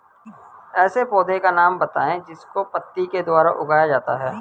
ऐसे पौधे का नाम बताइए जिसको पत्ती के द्वारा उगाया जाता है